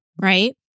Right